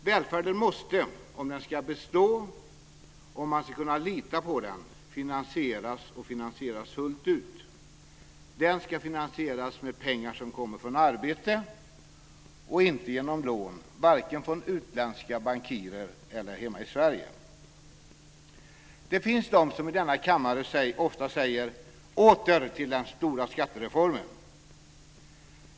Välfärden måste, om den ska bestå och om man ska kunna lita på den, finansieras och finansieras fullt ut. Den ska finansieras med pengar som kommer från arbete och inte genom lån, varken från utländska bankirer eller från banker hemma i Sverige. Det finns de som i denna kammare ofta säger: Åter till den stora skattereformen.